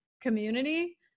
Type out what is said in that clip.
community